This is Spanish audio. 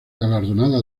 galardonada